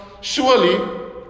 surely